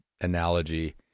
analogy